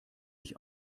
ich